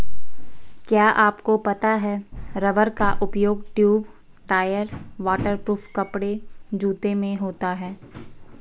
क्या आपको पता है रबर का उपयोग ट्यूब, टायर, वाटर प्रूफ कपड़े, जूते में होता है?